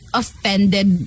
offended